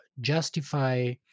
justify